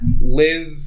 live